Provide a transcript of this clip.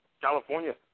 California